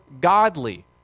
godly